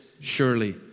surely